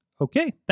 Okay